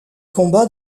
combats